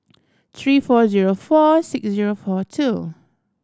three four zero four six zero four two